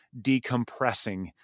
decompressing